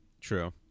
True